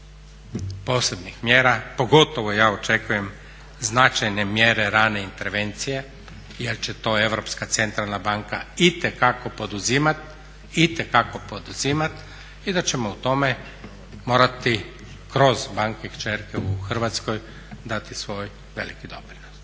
posebnih mjera, pogotovo ja očekujem značajne mjere rane intervencije jer će to Europska centralna banka itekako poduzimati i da ćemo u tome morati kroz banke kćerke u Hrvatskoj dati svoj veliki doprinos.